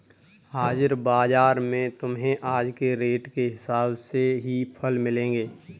हाजिर बाजार में तुम्हें आज के रेट के हिसाब से ही फल मिलेंगे